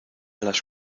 las